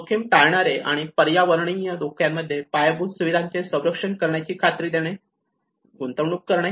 जोखीम टाळणारे आणि पर्यावरणीय धोक्यामध्ये पायाभूत सुविधांचे संरक्षण करण्याची खात्री देणे आणि गुंतवणूक करणे